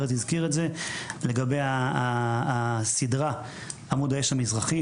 ארז הזכיר את זה לגבי הסדרה "עמוד האש המזרחי"